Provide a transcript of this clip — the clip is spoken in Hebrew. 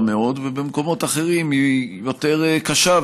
מאוד ובמקומות אחרים היא יותר קשה,